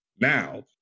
Now